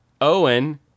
Owen